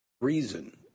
Reason